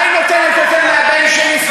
מה היא נותנת יותר מהבן שלי?